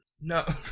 No